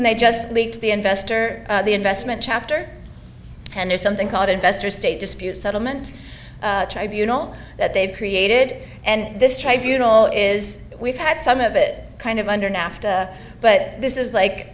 and they just leak to the investor the investment chapter and there's something called investor state dispute settlement tribunals that they've created and this tribunal is we've had some of it kind of under nafta but this is like